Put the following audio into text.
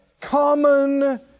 common